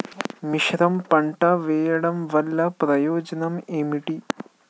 మిశ్రమ పంట వెయ్యడం వల్ల ప్రయోజనం ఏమిటి?